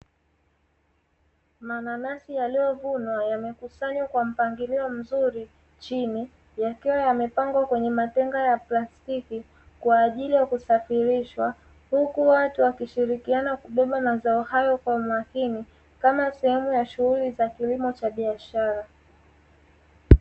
Mananasi yaliyovunwa yamekusanywa kwa mpangilio mzuri chini. Yakiwa yamepangwa kwenye matenga ya plastiki kwaajili ya kusafirishwa. Huku watu wakishirikiana kubeba mazao hayo kwa umakini, kama sehemu ya shughuli za kilimo cha biashara.